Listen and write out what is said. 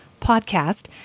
podcast